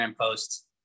post